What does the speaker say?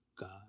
God